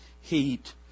heat